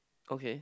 okay